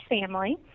family